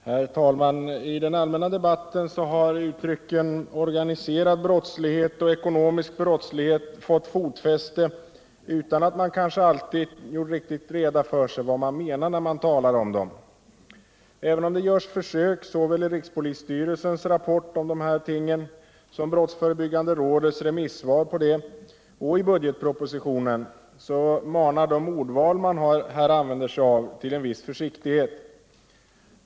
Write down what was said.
Herr talman! I den allmänna debatten har uttrycken ”organiserad brottslighet” och ”ekonomisk brottslighet” fått fotfäste utan att man alltid har gjort riktigt klart för sig vad man menar med dem. Även om det görs försök, såväl i rikspolisstyrelsens rapport om dessa ting som i brottsförebyggande rådets remissvar på rapporten och i budgetpropositionen, manar de ordval man här gör till en viss försiktighet.